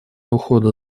ухода